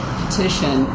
petition